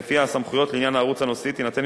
ולפיה הסמכויות לעניין הערוץ הנושאי תינתן,